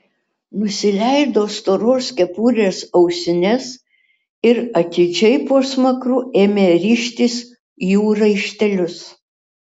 nusileido storos kepurės ausines ir atidžiai po smakru ėmė rištis jų raištelius